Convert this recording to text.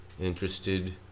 interested